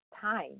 time